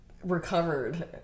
Recovered